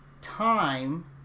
time